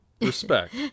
respect